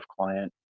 client